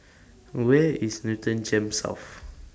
Where IS Newton Gems South